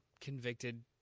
convicted –